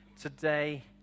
today